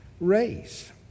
race